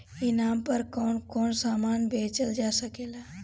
ई नाम पर कौन कौन समान बेचल जा सकेला?